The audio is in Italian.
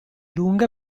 lunga